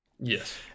Yes